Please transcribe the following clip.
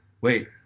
wait